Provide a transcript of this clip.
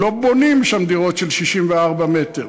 לא בונים שם דירות של 64 מ"ר.